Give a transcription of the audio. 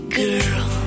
girl